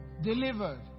Delivered